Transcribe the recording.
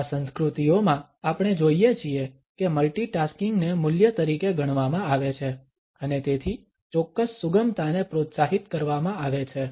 આ સંસ્કૃતિઓમાં આપણે જોઇએ છીએ કે મલ્ટીટાસ્કીંગ ને મૂલ્ય તરીકે ગણવામાં આવે છે અને તેથી ચોક્કસ સુગમતાને પ્રોત્સાહિત કરવામાં આવે છે